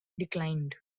declined